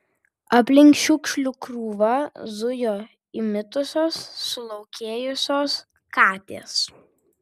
aplink šiukšlių krūvą zujo įmitusios sulaukėjusios katės